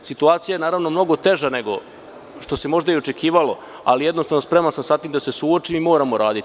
Situacija je mnogo teža nego što se možda i očekivalo, ali, jednostavno, spreman sam sa tim da se suočim i moramo raditi.